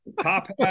top